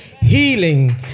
healing